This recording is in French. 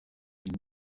une